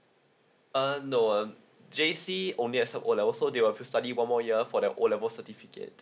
uh no um J_C only has a O level so they will feel study one more year for the O level certificate